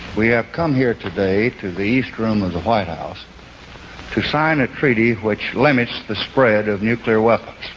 we have come here today to the east room of the white house to sign a treaty which limits the spread of nuclear weapons.